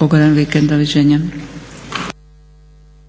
Ugodan vikend. Doviđenja.